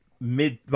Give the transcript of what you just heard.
mid